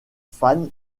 fan